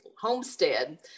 homestead